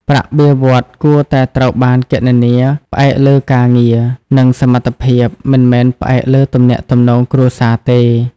ប្រាក់បៀវត្សរ៍គួរតែត្រូវបានគណនាផ្អែកលើការងារ និងសមត្ថភាព មិនមែនផ្អែកលើទំនាក់ទំនងគ្រួសារទេ។